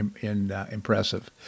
impressive